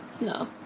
No